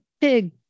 big